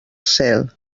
cel